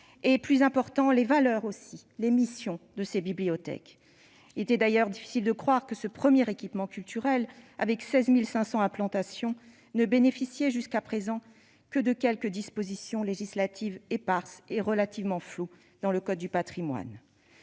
et, plus important, les valeurs et les missions, des bibliothèques. Il est difficile de croire que le premier équipement culturel du pays, avec 16 500 implantations, ne bénéficiait jusqu'à présent que de quelques dispositions législatives éparses et relativement floues dans le code du patrimoine.